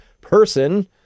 person